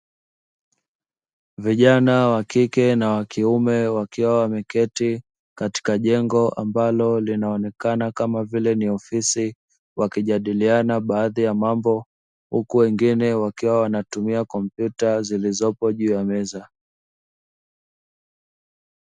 Vijana wa kike na wa kiume, wakiwa wameketi katika jengo ambalo linaonekana kama vile ni ofisi, wakijadiliana baadhi ya mambo, huku wengine wakiwa wanatumia kompyuta zilizopo juu ya meza.